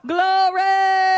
Glory